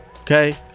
okay